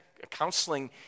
Counseling